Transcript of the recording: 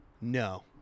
No